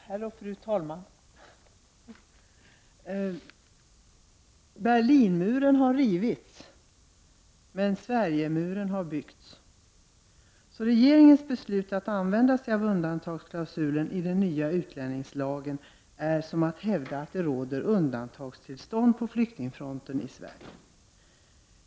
Herr talman! Berlinmuren har rivits men Sverigemuren har byggts, så regeringens beslut att använda sig av undantagsklausulen i den nya utlänningslagen är som att hävda att det råder undantagstillstånd på flyktingfronten i Sverige.